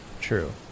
true